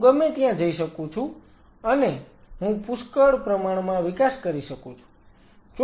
હું ગમે ત્યાં જઈ શકું છું અને હું પુષ્કળ પ્રમાણમાં વિકાસ કરી શકું છું